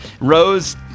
Rose